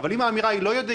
אבל אם האמירה היא לא יודעים,